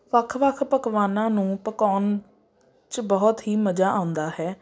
ਵੱਖ ਵੱਖ ਪਕਵਾਨਾਂ ਨੂੰ ਪਕਾਉਣ 'ਚ ਬਹੁਤ ਹੀ ਮਜ਼ਾ ਆਉਂਦਾ ਹੈ